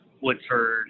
Woodford